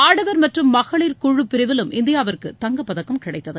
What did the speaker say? ஆடவர் மற்றும் மகளிர் குழுப்பிரிவிலும் இந்தியாவிற்கு தங்கப்பதக்கம் கிடைத்தது